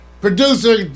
Producer